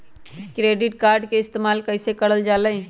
Credit card के इस्तेमाल कईसे करल जा लई?